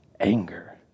anger